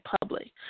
public